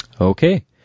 Okay